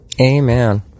Amen